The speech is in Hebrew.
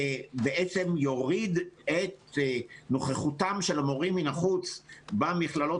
שיוריד את נוכחותם של המורים מן החוץ במכללות